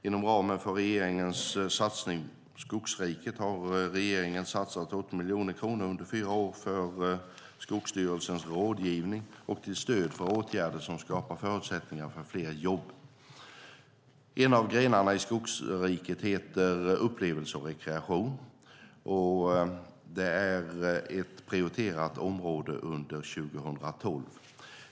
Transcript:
Inom ramen för regeringens satsning Skogsriket har regeringen satsat 80 miljoner kronor under fyra år för Skogsstyrelsens rådgivning och till stöd för åtgärder som skapar förutsättningar för fler jobb. En av grenarna i Skogsriket heter Upplevelser och rekreation, och det är ett prioriterat område under 2012.